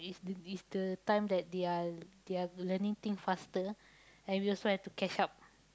is the is the time that they are they are learning thing faster and we also have to catch up